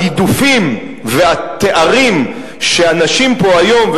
הגידופים והתארים שאנשים היום,